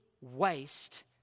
waste